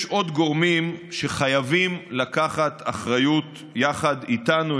יש עוד גורמים שחייבים לקחת אחריות יחד איתנו,